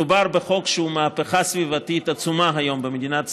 מדובר בחוק שהוא מהפכה סביבתית עצומה היום במדינת ישראל,